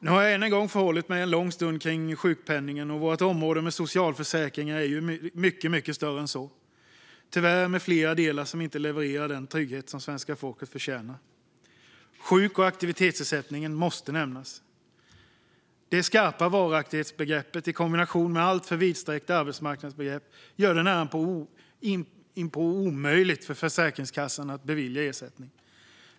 Nu har jag än en gång uppehållit mig en lång stund vid sjukpenningen, men vårt område - socialförsäkringar - är ju mycket större än så. Tyvärr har det flera delar som inte levererar den trygghet som svenska folket förtjänar. Sjuk och aktivitetsersättningen måste nämnas. Det skarpa varaktighetsbegreppet i kombination med det alltför vidsträckta arbetsmarknadsbegreppet gör det närapå omöjligt för Försäkringskassan att bevilja ersättning.